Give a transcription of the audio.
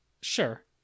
Sure